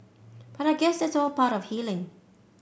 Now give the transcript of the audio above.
but I guess that's all part of healing